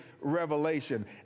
revelation